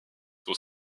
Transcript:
son